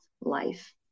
life